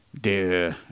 De